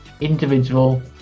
individual